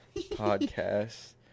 podcast